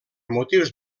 motius